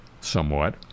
somewhat